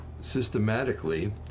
systematically